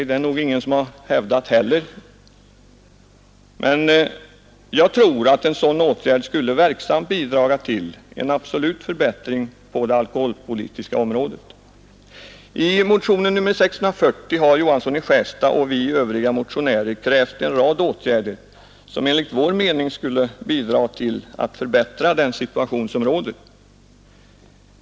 Det är nog heller ingen som hävdat det, men jag tror att en sådan åtgärd verksamt skulle bidraga till en absolut förbättring på det alkoholpolitiska området. I motionen 640 har herr Johansson i Skärstad och vi övriga motionärer krävt en rad åtgärder, som enligt vår mening skulle bidra till att förbättra den situation som råder.